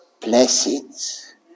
blessings